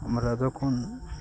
আমরা যখন